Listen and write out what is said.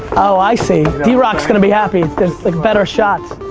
oh, i see. drock's going to be happy because like better shots.